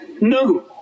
No